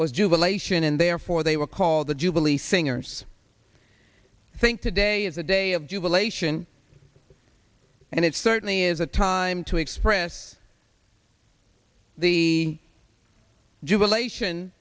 was jubilation and therefore they were called the jubilee singers i think today is a day of jubilation and it certainly is a time to express the jubilation